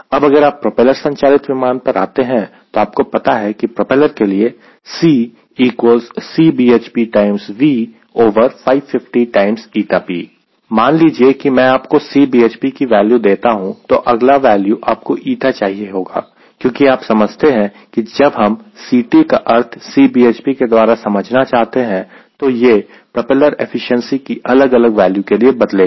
अब अगर आप प्रोपेलर संचालित इंजन पर आते हैं तो आपको पता है कि प्रोपेलर के लिए मान लीजिए कि मैं आपको Cbhp की वैल्यू देता हूं तो अगला वैल्यू आपको η चाहिए होगा क्योंकि आप समझते हैं कि जब हम Ct का अर्थ Cbhp के द्वारा समझना चाहते हैं तो यह प्रोपेलर एफिशिएंसी की अलग अलग वैल्यू के लिए बदलेगा